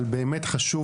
אבל באמת חשוב